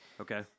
Okay